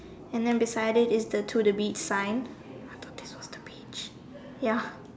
and then beside it is the to the beach sign ya